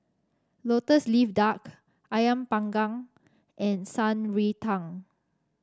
lotus leaf duck ayam Panggang and Shan Rui Tang